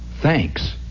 thanks